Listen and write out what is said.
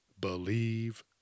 Believe